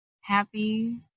happy